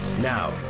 Now